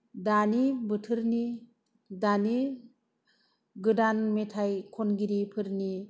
दानि बोथोरनि दानि गोदान मेथाय खनगिरिफोरनि